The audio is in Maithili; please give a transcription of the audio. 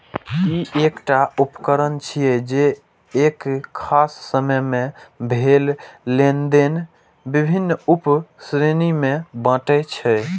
ई एकटा उकरण छियै, जे एक खास समय मे भेल लेनेदेन विभिन्न उप श्रेणी मे बांटै छै